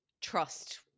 trust